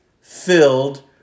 filled